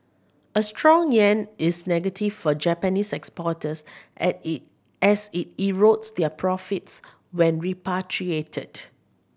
a strong yen is negative for Japanese exporters add it as it erodes their profits when repatriated